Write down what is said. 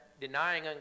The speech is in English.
denying